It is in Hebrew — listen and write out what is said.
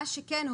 מה שכן,